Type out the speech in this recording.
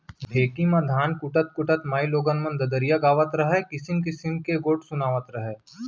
ढेंकी म धान कूटत कूटत माइलोगन मन ददरिया गावत रहयँ, किसिम किसिम के गोठ सुनातव रहयँ